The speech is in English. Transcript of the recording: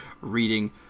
reading